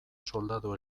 soldadu